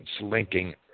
linking